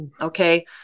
Okay